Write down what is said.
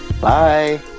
Bye